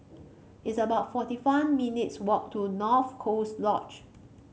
it's about forty one minutes' walk to North Coast Lodge